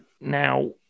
Now